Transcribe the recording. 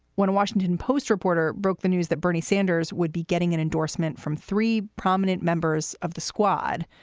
when a washington post reporter broke the news that bernie sanders would be getting an endorsement from three prominent members of the squad.